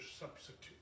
substitute